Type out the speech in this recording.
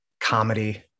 comedy